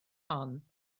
hon